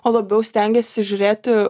o labiau stengiesi žiūrėti